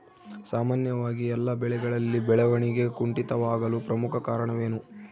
ಸಾಮಾನ್ಯವಾಗಿ ಎಲ್ಲ ಬೆಳೆಗಳಲ್ಲಿ ಬೆಳವಣಿಗೆ ಕುಂಠಿತವಾಗಲು ಪ್ರಮುಖ ಕಾರಣವೇನು?